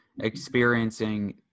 experiencing